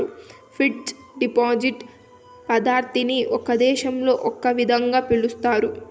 fixed deposit పద్ధతిని ఒక్కో దేశంలో ఒక్కో విధంగా పిలుస్తారు